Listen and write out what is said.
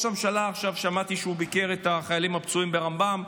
הממשלה ביקר עכשיו את החיילים הפצועים ברמב"ם.